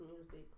music